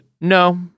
No